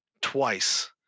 twice